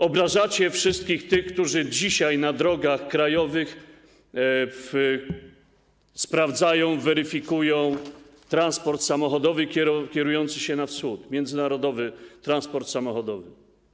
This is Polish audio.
Obrażacie wszystkich tych, którzy dzisiaj na drogach krajowych sprawdzają, weryfikują transport samochodowy kierujący się na wschód, międzynarodowy transport samochodowy.